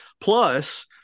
Plus